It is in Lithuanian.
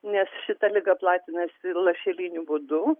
nes šita liga platinasi lašeliniu būdu